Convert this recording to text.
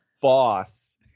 boss